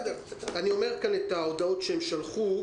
אני אומר כאן את ההודעות שהם שלחו.